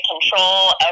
control